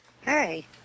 Hey